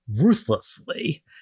ruthlessly-